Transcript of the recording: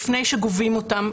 לפני שגובים אותם,